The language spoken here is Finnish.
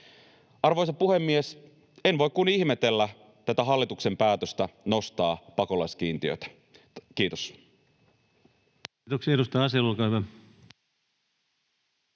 Arvoisa puhemies! En voi kuin ihmetellä tätä hallituksen päätöstä nostaa pakolaiskiintiötä. — Kiitos. [Speech 123] Speaker: